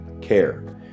care